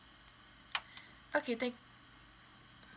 okay thank